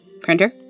printer